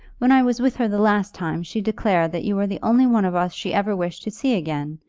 when i was with her the last time she declared that you were the only one of us she ever wished to see again.